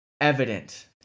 evident